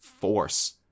force